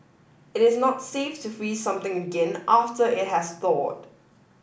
it is not safe to freeze something again after it has thawed